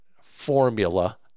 formula